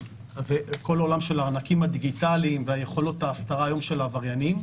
אז זה כל עולם של הארנקים הדיגיטליים ויכולות הסתרה היום של עבריינים,